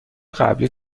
قبلی